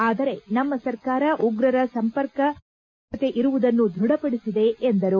ಆದರೆ ನಮ್ನ ಸರ್ಕಾರ ಉಗ್ರರ ಸಂಪರ್ಕ ಪಾಕಿಸ್ತಾನದ ಜೊತೆ ಇರುವುದನ್ನು ದೃಢಪಡಿಸಿದೆ ಎಂದರು